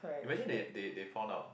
imagine they they they found out